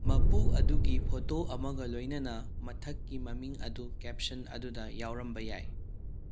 ꯃꯄꯨ ꯑꯗꯨꯒꯤ ꯐꯣꯇꯣ ꯑꯃꯒ ꯂꯣꯏꯅꯅ ꯃꯊꯛꯀꯤ ꯃꯃꯤꯡ ꯑꯗꯨ ꯀꯦꯞꯁꯟ ꯑꯗꯨꯗ ꯌꯥꯎꯔꯝꯕ ꯌꯥꯏ